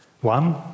One